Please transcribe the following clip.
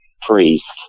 Priest